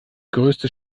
größte